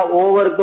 over